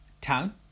town